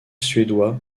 suédois